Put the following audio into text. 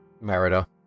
Merida